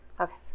Okay